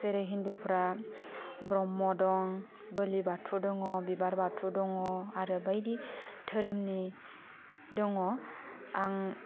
जेरै हिन्दुफ्रा ब्रह्म दं बोलि बाथौ दङ बिबार बाथौ दङ आरो बायदि धोरोमनि दङ आं